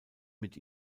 mit